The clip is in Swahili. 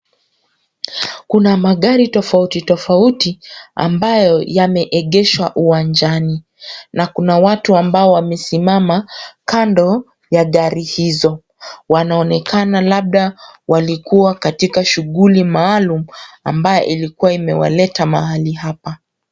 Kuna magari tofauti tofauti ambayo yameegeshwa uwanjani na kuna watu ambao wamesimama kando ya gari hizo. Wanaonekana labda walikuwa katika shughuli maalum ambayo ilikuwa imewaleta mahali hapa.